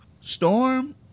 Storm